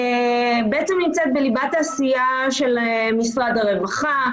בעצם נמצאת בליבת העשייה של משרד הרווחה,